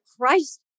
Christ